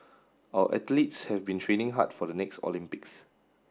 our athletes have been training hard for the next Olympics